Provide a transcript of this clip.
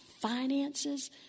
finances